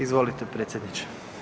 Izvolite predsjedniče.